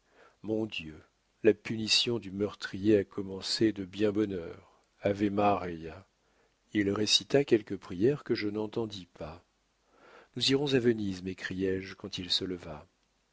mon dieu la punition du meurtrier a commencé de bien bonne heure ave maria il récita quelques prières que je n'entendis pas nous irons à venise m'écriai-je quand il se leva